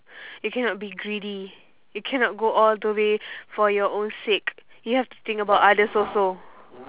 you cannot be greedy you cannot go all the way for your own sake you have to think about others also